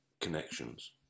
connections